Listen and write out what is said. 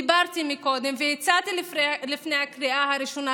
דיברתי קודם והצעתי לפני הקריאה הראשונה,